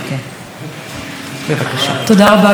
תודה רבה, גברתי היושבת בראש.